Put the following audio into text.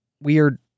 weird